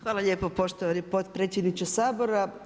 Hvala lijepo poštovani potpredsjedniče Sabora.